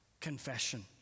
confession